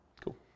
Cool